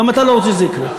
גם אתה לא רוצה שזה יקרה.